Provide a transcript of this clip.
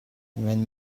wenn